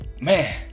man